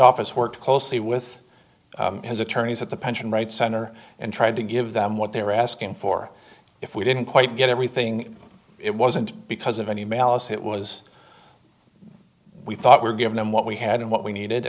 office worked closely with his attorneys at the pension rights center and tried to give them what they're asking for if we didn't quite get everything it wasn't because of any malice it was we thought were give them what we had and what we need